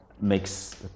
makes